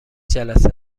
جلسه